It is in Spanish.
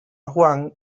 juan